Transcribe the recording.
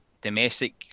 domestic